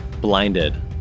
Blinded